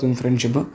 friendship